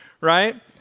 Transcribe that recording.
right